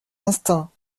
instincts